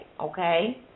okay